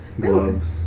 gloves